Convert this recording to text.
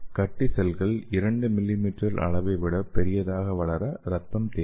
கட்டி செல்கள் 2 மிமீ அளவை விட பெரியதாக வளர இரத்தம் தேவை